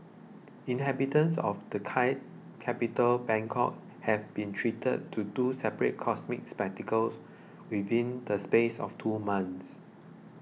inhabitants of the Thai capital Bangkok have been treated to two separate cosmic spectacles within the space of two months